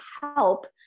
help